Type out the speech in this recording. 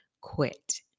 quit